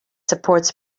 supports